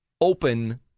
open